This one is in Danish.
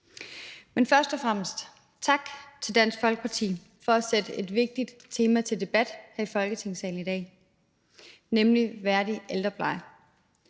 dag. Først og fremmest tak til Dansk Folkeparti for at sætte et vigtigt tema til debat her i Folketingssalen i dag, nemlig en værdig ældrepleje.